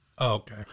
Okay